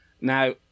Now